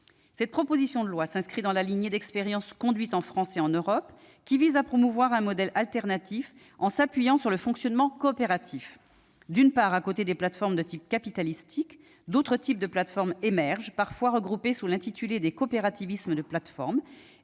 Cette proposition de loi s'inscrit dans la lignée d'expériences conduites en France et en Europe qui visent à promouvoir un modèle alternatif en s'appuyant sur un fonctionnement coopératif. D'une part, à côté des plateformes de type capitalistique, d'autres types de plateformes émergent, parfois regroupées sous l'intitulé de « coopérativisme de plateforme